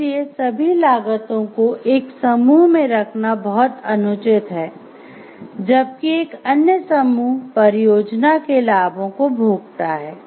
इसलिए सभी लागतों को एक समूह में रखना बहुत अनुचित है जबकि एक अन्य समूह परियोजना के लाभों को भोगता है